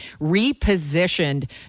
repositioned